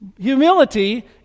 Humility